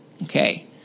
Okay